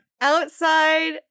outside